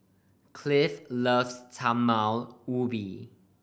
Cliff loves Talam Ubi